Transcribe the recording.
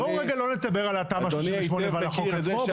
בואו רגע לא נדבר על התמ"א 38 ועל החוק עצמו.